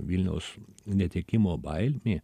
vilniaus netekimo baimė